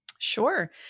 Sure